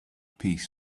piece